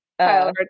Kyle